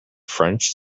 french